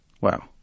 Wow